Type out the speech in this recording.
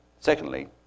secondly